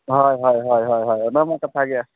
ᱦᱚᱭ ᱦᱚᱭ ᱦᱚᱭ ᱦᱚᱭ ᱟᱫᱚ ᱟᱢᱟᱜ ᱠᱟᱛᱷᱟᱜᱮ